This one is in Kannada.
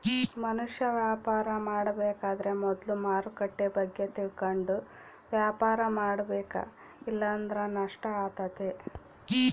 ಮನುಷ್ಯ ವ್ಯಾಪಾರ ಮಾಡಬೇಕಾದ್ರ ಮೊದ್ಲು ಮಾರುಕಟ್ಟೆ ಬಗ್ಗೆ ತಿಳಕಂಡು ವ್ಯಾಪಾರ ಮಾಡಬೇಕ ಇಲ್ಲಂದ್ರ ನಷ್ಟ ಆತತೆ